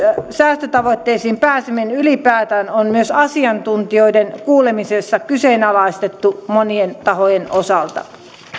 säästötavoitteisiin pääseminen ylipäätään on myös asiantuntijoiden kuulemisessa kyseenalaistettu monien tahojen osalta